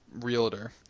realtor